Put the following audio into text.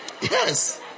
Yes